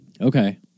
okay